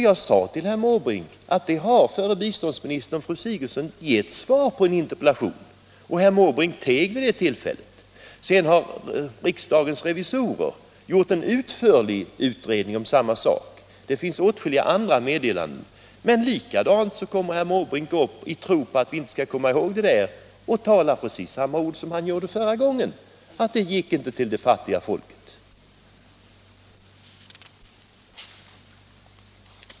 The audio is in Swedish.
Jag sade till herr Måbrink att dåvarande biståndsministern fru Sigurdsen hade givit besked härvidlag i ett interpellationssvar. Herr Måbrink teg vid det tillfället. Sedan har riksdagens revisorer gjort en utförlig utredning om samma sak, och det finns åtskilliga andra meddelanden. Men likväl går herr Måbrink upp, i tro att vi inte skall komma ihåg det här, och använder precis samma ord som förra gången, att biståndet gick inte till det fattiga folket.